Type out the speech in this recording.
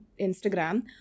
Instagram